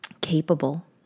capable